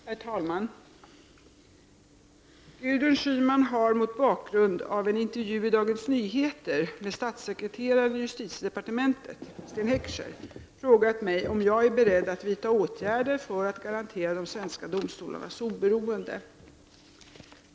Herr talman! Gudrun Schyman har mot bakgrund av en intervju i Dagens Nyheter med statssekreteraren i justitiedepartementet, Sten Heckscher, frågat mig om jag är beredd att vidta åtgärder för att garantera de svenska domstolarnas oberoende.